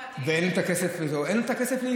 אין להם כסף לשיעורים הפרטיים.